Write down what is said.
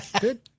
Good